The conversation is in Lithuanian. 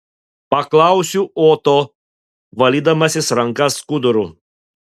paklausiu oto valydamasis rankas skuduru